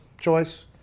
choice